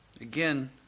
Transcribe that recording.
Again